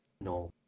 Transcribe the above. No